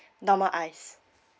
normal ice